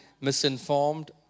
misinformed